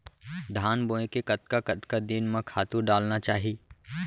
धान बोए के कतका कतका दिन म खातू डालना चाही?